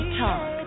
talk